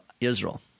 Israel